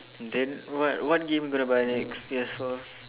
then what what game you going to buy next P_S four